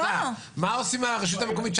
מה עושים עם הרשות המקומית?